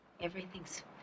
Everything's